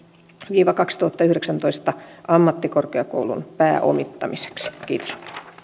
viiva kaksituhattayhdeksäntoista ammattikorkeakoulun pääomittamiseksi kiitos